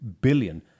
billion